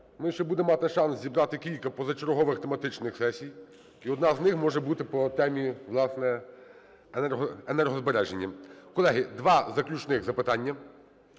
ми ще будемо мати шанс зібрати кілька позачергових тематичних сесій, і одна з них може бути по темі, власне, енергозбереження. Колеги, два заключних запитання.